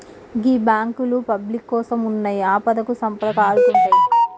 గీ బాంకులు పబ్లిక్ కోసమున్నయ్, ఆపదకు సంపదకు ఆదుకుంటయ్